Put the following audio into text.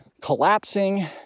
collapsing